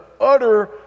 utter